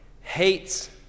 hates